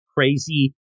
Crazy